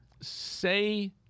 say